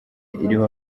iriho